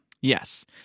Yes